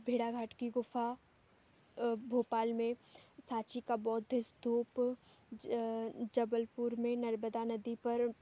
भेड़ाघाट की गुफ़ा भोपाल में सांची का बौद्ध स्तूप ज जबलपुर में नर्मदा नदी पर